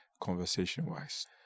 conversation-wise